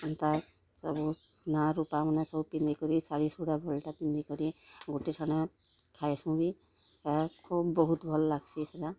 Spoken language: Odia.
ଏନ୍ତା ସବୁ ସୁନାରୂପା ମନେ ସବୁ ପିନ୍ଧିକରି ଶାଢ଼ୀଶୁଢ଼ା ଭଲଟା ପିନ୍ଧିକରି ଗୁଟେଠାନେ ଖାଇସୁଁ ବି ଆର୍ ଖୁବ୍ ବହୁତ୍ ଭଲ୍ ଲାଗସି ସେଟା